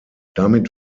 damit